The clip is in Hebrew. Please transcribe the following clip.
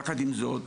יחד עם זאת,